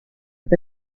with